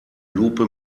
lupe